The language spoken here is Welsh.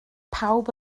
pawb